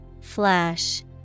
Flash